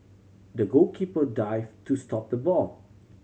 the goalkeeper dive to stop the ball